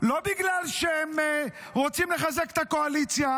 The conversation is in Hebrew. לא בגלל שהם רוצים לחזק את הקואליציה